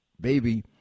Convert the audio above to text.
baby